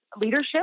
leadership